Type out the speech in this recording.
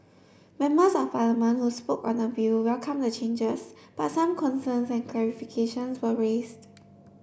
members of Parliament who spoke on the bill welcomed the changes but some concerns and clarifications were raised